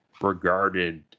regarded